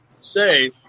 say